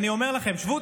אני אומר לכם: שבו,